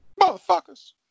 Motherfuckers